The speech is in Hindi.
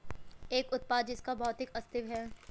एक उत्पाद जिसका भौतिक अस्तित्व है?